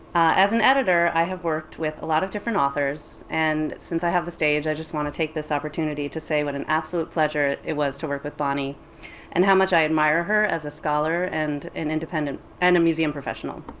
as an editor, i have worked with a lot of different authors, and since i have the stage i just want to take this opportunity to say what an absolute pleasure it it was to work with bonnie and how much i admire her as a scholar and an independent and a museum professional.